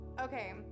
okay